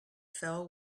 fell